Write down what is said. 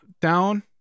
Down